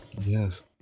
Yes